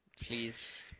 Please